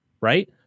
right